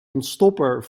ontstopper